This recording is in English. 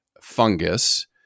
fungus